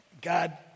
God